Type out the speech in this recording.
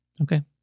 Okay